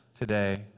today